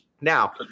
now